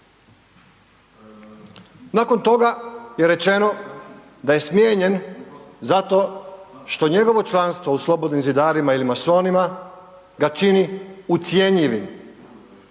Nakon toga je rečeno da je smijenjen zato što njegovo članstvo u slobodnim zidarima ili masona ga čini ucjenjivim